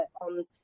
on